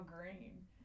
green